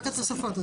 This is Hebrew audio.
רק התוספות.